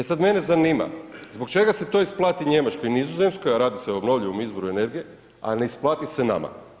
E sad mene zanima, zbog čega se to isplati Njemačkoj i Nizozemskoj a radi se o obnovljivom izvoru energije a ne isplati se nama?